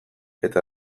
eta